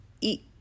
eat